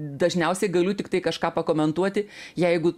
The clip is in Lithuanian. dažniausiai galiu tiktai kažką pakomentuoti jeigu